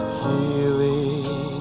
healing